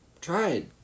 tried